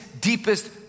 deepest